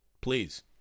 Please